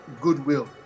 Goodwill